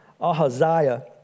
Ahaziah